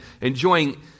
enjoying